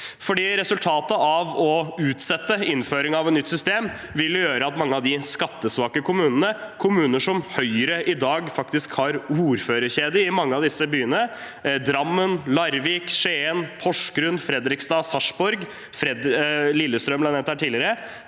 Resultatet av å utsette innføringen av et nytt system vil være at mange av de skattesvake kommunene – Høyre har i dag ordførerkjedet i mange av disse, som byene Drammen, Larvik, Skien, Porsgrunn, Fredrikstad, Sarps borg og dessuten